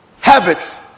habits